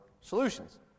solutions